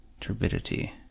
turbidity